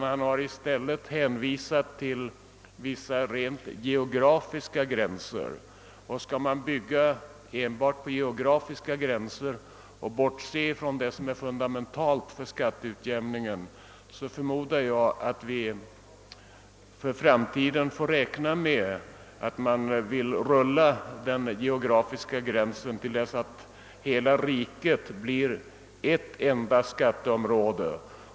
Han har i stället hänvisat till vissa rent geografiska gränser. Skall man bygga enbart på sådana och bortse från vad som är fundamentalt för skatteutjämningen, förmodar jag att vi för framtiden får räkna med att man undan för undan kommer att rucka på den geografiska gränsen till dess att hela riket blir ett enda skatteområde.